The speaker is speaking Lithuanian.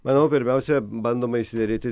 manau pirmiausia bandoma išsiderėti